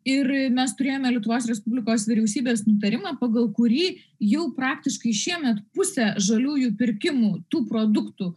ir mes turėjome lietuvos respublikos vyriausybės nutarimą pagal kurį jau praktiškai šiemet pusė žaliųjų pirkimų tų produktų